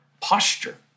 posture